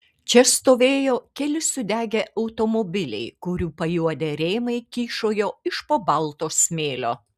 čia stovėjo keli sudegę automobiliai kurių pajuodę rėmai kyšojo iš po balto smėlio